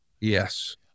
Yes